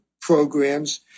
programs